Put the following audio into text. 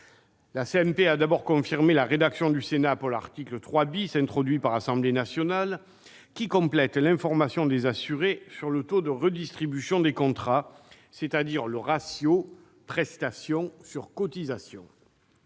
La CMP a tout d'abord confirmé la rédaction du Sénat pour l'article 3 , introduit par l'Assemblée nationale, qui complète l'information des assurés sur le taux de redistribution des contrats, c'est-à-dire le ratio prestations sur cotisations.